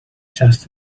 just